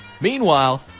Meanwhile